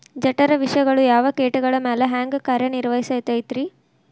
ಜಠರ ವಿಷಗಳು ಯಾವ ಕೇಟಗಳ ಮ್ಯಾಲೆ ಹ್ಯಾಂಗ ಕಾರ್ಯ ನಿರ್ವಹಿಸತೈತ್ರಿ?